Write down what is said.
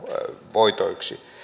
voitoiksi